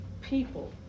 people